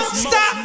stop